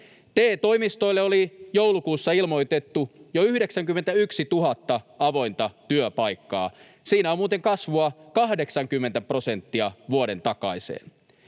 TE-toimistoille oli joulukuussa ilmoitettu jo 91 000 avointa työpaikkaa — siinä on muuten kasvua 80 prosenttia vuoden takaiseen.